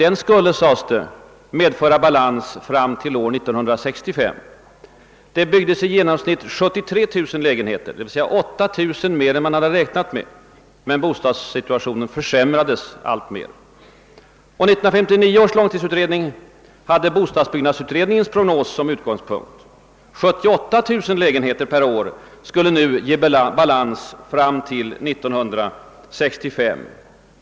Detta skulle, sades det, medföra balans fram till år 1965. Det byggdes i genomsnitt 73 000 lägenheter per år — d. v. s. 8000 mer än man räknat fram — men bostadssituationen försämrades alltmer. 1959 års långtidsutredning hade bostadsbyggnadsutredningens prognos som utgångspunkt. 78000 lägenheter per år skulle nu ge balans fram till år 1965.